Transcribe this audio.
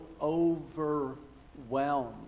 overwhelmed